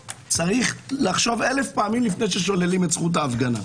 צריכים לחשוב אלף פעמים לפני ששוללים את זכות ההפגנה.